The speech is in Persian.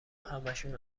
همشون